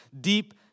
deep